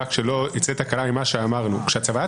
רק כדי שלא תצא תקלה כתוצאה ממה שאמרנו: כשהצוואה